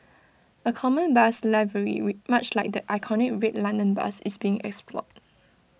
A common bus livery we much like the iconic red London bus is being explored